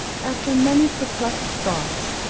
after many perplexed thoughts,